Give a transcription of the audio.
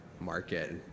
market